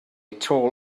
toll